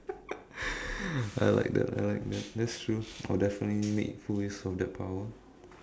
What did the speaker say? I like that I like that that's true I'll definitely make full use of that power